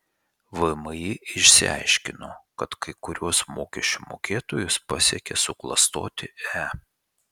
vmi išsiaiškino kad kai kuriuos mokesčių mokėtojus pasiekė suklastoti e